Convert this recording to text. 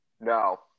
No